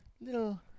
little –